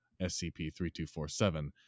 SCP-3247